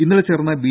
ഇന്നലെ ചേർന്ന ബി